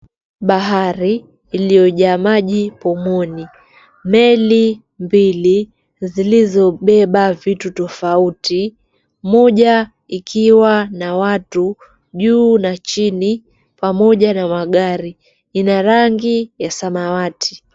Bahari iliojaa maji pomoni. Meli mbili zilizobeba vitu tofauti moja ikiwa na watu juu na chini pamoja na magari, ina rangi ya samawati.